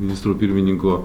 ministro pirmininko